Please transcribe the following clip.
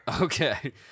okay